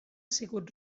sigut